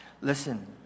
Listen